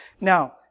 Now